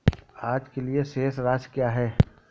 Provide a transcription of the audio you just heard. आज के लिए शेष राशि क्या है?